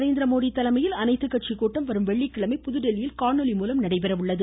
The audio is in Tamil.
நரேந்திரமோடி தலைமையில் அனைத்துக் கட்சி கூட்டம் வரும் வெள்ளிக்கிழமை புதுதில்லியில் காணொலி மூலம் நடைபெற உள்ளது